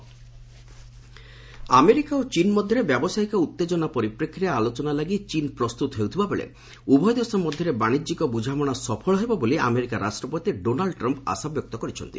Trump ଚୀନ୍ trade America ଓ ଚୀନ୍ ମଧ୍ୟରେ ବ୍ୟାବସାୟିକ ଉତ୍ତେଜନା ପରିପ୍ରେକ୍ଷୀରେ ଆଲୋଚନା ଲାଗି ଚୀନ୍ ପ୍ରସ୍ତୁତ ହେଉଥିଲା ବେଳେ ଉଭୟ ଦେଶ ମଧ୍ୟରେ ବାଶିଜ୍ୟିକ ବୁଝାମଣା ସଫଳ ହେବ ବୋଲି ଆମେରିକା ରାଷ୍ଟ୍ରପତି ଡୋନାଲ୍ଚ ଟ୍ରମ୍ପ୍ ଆଶାବ୍ୟକ୍ତ କରିଛନ୍ତି